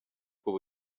ubu